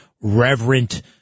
reverent